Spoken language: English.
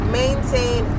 maintain